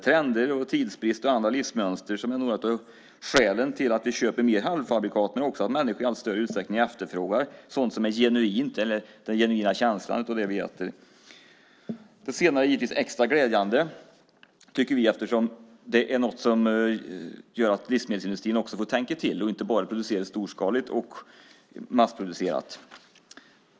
Trender, tidsbrist och andra livsmönster är några av skälen till att vi köper mer halvfabrikat men också att människor i allt större utsträckning efterfrågar sådant som är genuint. Man vill ha en genuin känsla av det man äter. Det senare är givetvis extra glädjande eftersom det gör att livsmedelsindustrin också får tänka till och inte bara producera storskaligt och massproducerat.